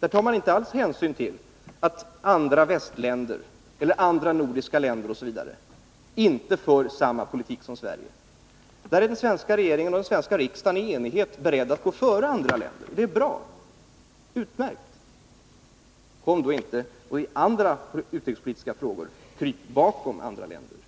Där tar man inte alls hänsyn till att andra västländer, andra nordiska länder osv. inte för samma politik som Sverige. Där är den svenska regeringen och den svenska riksdagen i enighet beredd att gå före andra länder. Och det är utmärkt! Kom då inte i andra utrikespolitiska frågor och kryp bakom andra länder!